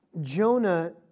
Jonah